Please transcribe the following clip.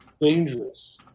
dangerous